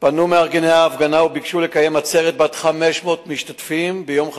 פנו מארגני ההפגנה וביקשו לקיים עצרת בת 500 משתתפים ביום חמישי,